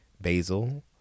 basil